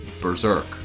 Berserk